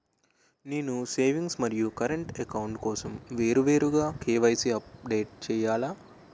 నేను సేవింగ్స్ మరియు current account కోసం వేరువేరుగా కే.వై.సీ అప్డేట్ చేయాలా?